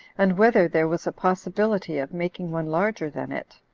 and whether there was a possibility of making one larger than it.